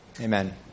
Amen